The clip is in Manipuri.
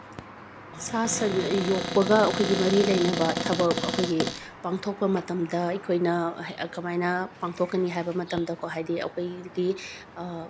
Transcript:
ꯁꯥ ꯁꯟ ꯌꯣꯛꯄꯒ ꯑꯩꯈꯣꯏꯒꯤ ꯃꯔꯤ ꯂꯩꯅꯕ ꯊꯕꯛ ꯑꯩꯈꯣꯏꯒꯤ ꯄꯥꯡꯊꯣꯛꯄ ꯃꯇꯝꯗ ꯑꯩꯈꯣꯏꯅ ꯀꯃꯥꯏꯅ ꯄꯥꯡꯊꯣꯛꯀꯅꯤ ꯍꯥꯏꯕ ꯃꯇꯝꯗꯀꯣ ꯍꯥꯏꯗꯤ ꯑꯩꯈꯣꯏꯒꯤ